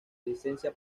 licencia